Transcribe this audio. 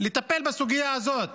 לטפל בסוגיה הזאת,